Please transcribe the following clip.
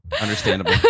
Understandable